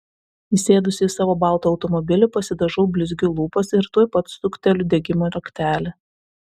įsėdusi į savo baltą automobilį pasidažau blizgiu lūpas ir tuoj pat sukteliu degimo raktelį